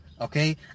okay